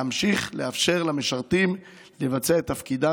להמשיך לאפשר למשרתים לבצע את תפקידם